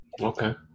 Okay